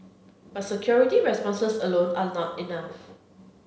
but security responses alone are not enough